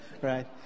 right